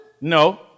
No